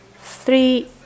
Three